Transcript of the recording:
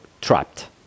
trapped